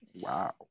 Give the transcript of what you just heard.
Wow